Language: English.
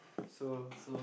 so